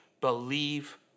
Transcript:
believe